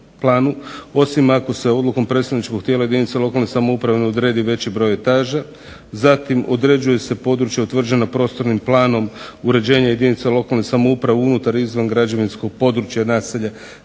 osim ako se odlukom predstavničkog tijela jedinice lokalne samouprave ne odredi veći broj etaža. Zatim, određuje se područje utvrđeno prostornim planom uređenja jedinica lokalne samouprave unutar i izvan građevinskog područja, naselja